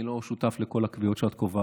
אני לא שותף לכל הקביעות שאת קובעת.